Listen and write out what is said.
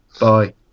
Bye